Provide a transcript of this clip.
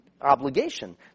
obligation